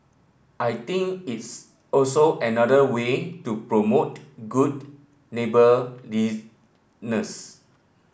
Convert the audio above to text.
I think it's also another way to promote good neighbourliness